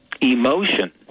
emotion